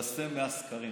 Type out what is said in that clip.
הוא כבר התבשם מהסקרים.